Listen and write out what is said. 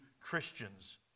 Christians